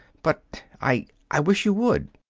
but i i wish you would.